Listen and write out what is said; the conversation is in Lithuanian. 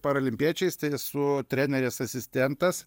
paralimpiečiais tai esu treneris asistentas